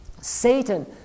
Satan